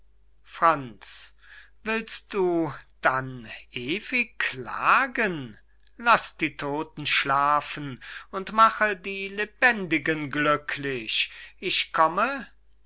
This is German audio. franz willst du denn ewig klagen laß die todten schlafen und mache die lebendigen glücklich ich komme